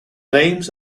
names